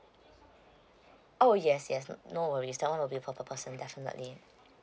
oh yes yes no worries that one will be for per person definitely